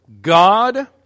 God